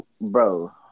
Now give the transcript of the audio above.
bro